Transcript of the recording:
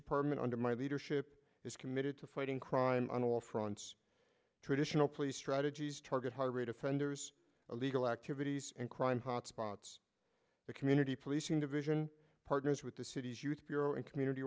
department under my leadership is committed to fighting crime on all fronts traditional police strategies target heart rate offenders illegal activities and crime hotspots the community policing division partners with the city's youth bureau and community